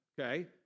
okay